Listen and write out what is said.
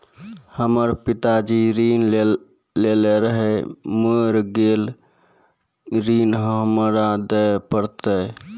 हमर पिताजी ऋण लेने रहे मेर गेल ऋण हमरा देल पड़त?